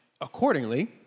accordingly